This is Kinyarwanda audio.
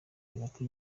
hagati